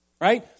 Right